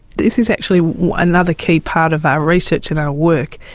this is actually another key part of our research and our work,